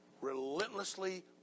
relentlessly